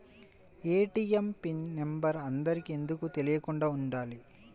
ATM PIN number అందరికి ఎందుకు తెలియకుండా ఉండాలి?